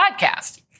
podcast